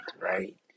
right